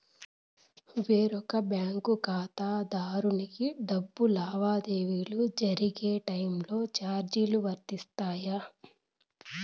వేరొక బ్యాంకు ఖాతా ఖాతాదారునికి డబ్బు లావాదేవీలు జరిగే టైములో చార్జీలు వర్తిస్తాయా?